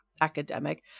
Academic